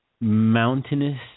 mountainous